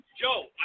Joe